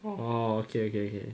oh okay okay okay